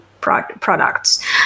products